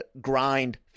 grind